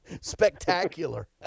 Spectacular